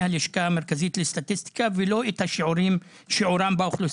הלשכה המרכזית לסטטיסטיקה ולא את שיעורם באוכלוסייה.